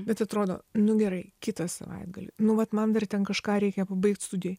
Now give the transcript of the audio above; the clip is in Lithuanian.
bet atrodo nu gerai kitą savaitgalį nu vat man dar ten kažką reikia pabaigt studijoj